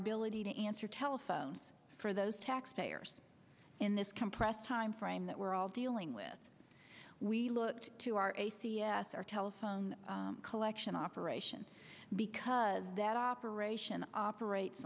our to answer telephone for those taxpayers in this compressed time frame that we're all dealing with we looked to our a c s our telephone collection operations because that operation operates